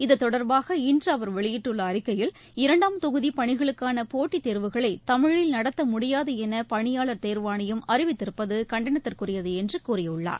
இதுதொடர்பாக வெளியிட்டுள்ளஅறிக்கையில் இன்றுஅவர் இரண்டாம் தொகுதிபணிகளுக்கானபோட்டித் தேர்வுகளைதமிழில் நடத்தமுடியாதுஎனபணியாளர் தேர்வாணையம் அறிவித்திருப்பதுகண்டனத்திற்குரியதுஎன்றுகூறியுள்ளார்